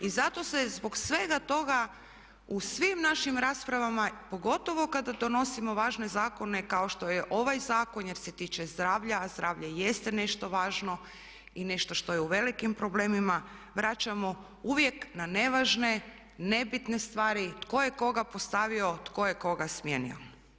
I zato se zbog svega toga u svim našim raspravama, pogotovo kada donosimo važne zakone kao što je ovaj zakon jer se tiče zdravlja a zdravlje i jeste nešto važno i nešto što je u velikim problemima vraćamo uvijek na nevažne, nebitne stvari, tko je koga postavio, tko je koga smijenio.